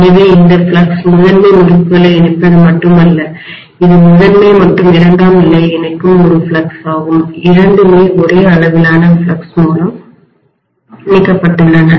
எனவே இந்த ஃப்ளக்ஸ் முதன்மை முறுக்குகளை இணைப்பது மட்டுமல்ல இது முதன்மை மற்றும் இரண்டாம் நிலையை இணைக்கும் ஒரு ஃப்ளக்ஸ் ஆகும் இரண்டுமே ஒரே அளவிலான ஃப்ளக்ஸ் மூலம் இணைக்கப்பட்டுள்ளன